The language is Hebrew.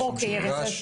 בכתב האישום שהוגש,